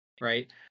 Right